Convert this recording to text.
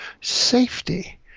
safety